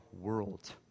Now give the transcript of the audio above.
world